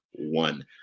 one